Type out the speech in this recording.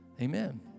Amen